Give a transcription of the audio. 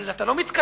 אבל אתה לא מתקדם.